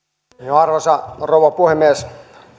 arvoisa rouva puhemies tämä